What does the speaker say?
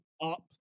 up